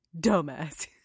dumbass